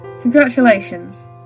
Congratulations